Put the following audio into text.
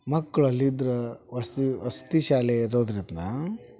ಮಕ್ಳು ಅಲ್ಲಿದ್ರೆ ವಸ್ ವಸತಿ ಶಾಲೆ ಇರೋದರಿಂದ